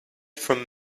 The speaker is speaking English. from